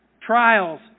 trials